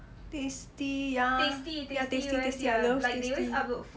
tasty ya ya tasty tasty I love tasty